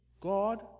God